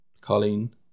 Colleen